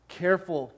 careful